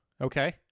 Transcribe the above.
Okay